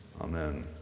amen